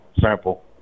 sample